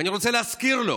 ואני רוצה להזכיר לו